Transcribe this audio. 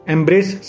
Embrace